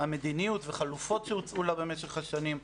המדיניות וחלופות שהוצעו לה במשך השנים,